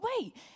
wait